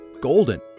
golden